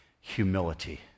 humility